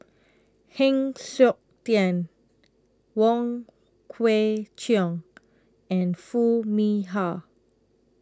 Heng Siok Tian Wong Kwei Cheong and Foo Mee Har